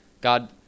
God